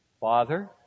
Father